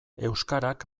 euskarak